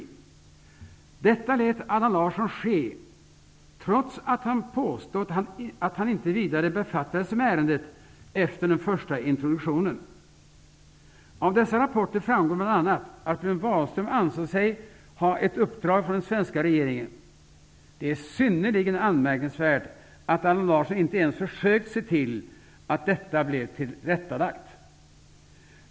Detta lät Allan Larsson ske, trots att han påstått att han inte vidare befattade sig med ärendet efter den första introduktionen. Av dessa rapporter framgår bl.a. att Björn Wahlström ansåg sig ha ett uppdrag från den svenska regeringen. Det är synnerligen anmärkningsvärt att Allan Larsson inte ens försökte se till att detta blev tillrättalagt.